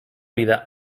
vida